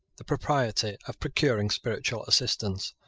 the propriety of procuring spiritual assistance.